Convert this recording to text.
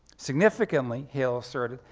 significantly, hale asserted,